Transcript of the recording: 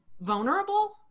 vulnerable